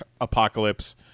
Apocalypse